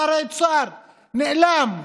שר האוצר נעלם.